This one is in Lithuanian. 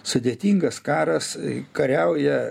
sudėtingas karas kariauja